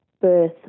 Birth